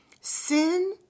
Sin